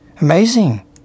Amazing